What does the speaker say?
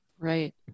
Right